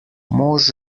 mož